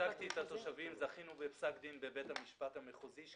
בבית המשפט.